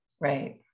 Right